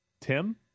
Tim